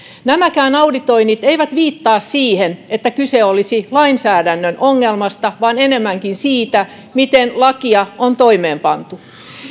nämäkään auditoinnit eivät viittaa siihen että kyse olisi lainsäädännön ongelmasta vaan enemmänkin siitä miten lakia on toimeenpantu